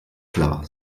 klar